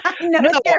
no